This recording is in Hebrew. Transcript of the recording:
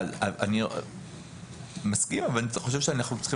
אני מסכים אבל אני חושב שאנחנו צריכים